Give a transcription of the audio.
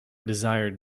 desired